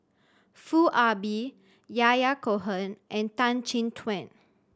Foo Ah Bee Yahya Cohen and Tan Chin Tuan